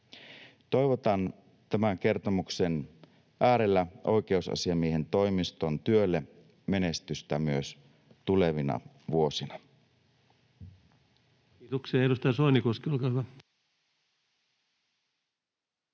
Toivotan tämän kertomuksen äärellä oikeusasiamiehen toimiston työlle menestystä myös tulevina vuosina. [Speech 86] Speaker: Ensimmäinen